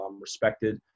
respected